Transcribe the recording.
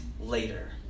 later